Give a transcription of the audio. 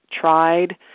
tried